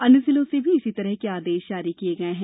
अन्य जिलों में भी इसी तरह के आदेश जारी किये गये हैं